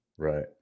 Right